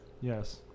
Yes